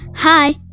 Hi